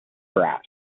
brass